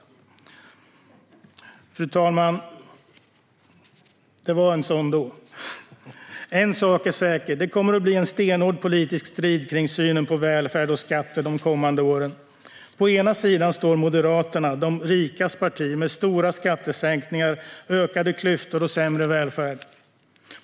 Herr talman! En sak är säker; det kommer att bli en stenhård politisk strid kring synen på välfärd och skatter de kommande åren. På ena sida står Moderaterna, de rikas parti, med stora skattesänkningar, ökade klyftor och sämre välfärd.